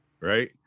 right